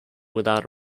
without